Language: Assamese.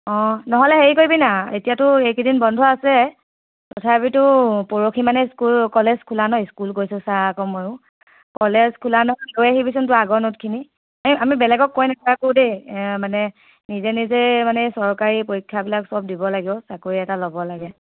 অ নহ'লে হেৰি কৰিবিনা এতিয়াতো এইকেইদিন বন্ধ অছে তথাপিতো পৰহি মানে স্কুল কলেজ খোলা ন' স্কুল কৈছোঁ চা আকৌ ময়ো কলেজ খোলা ন' লৈ আহিবিচোন তোৰ আগৰ নোটখিনি এই আমি বেলেগক কৈ নেথাকোঁ দেই এ মানে নিজে নিজেই মানে চৰকাৰী পৰীক্ষাবিলাক সব দিব লাগিব চাকৰি এটা ল'ব লাগে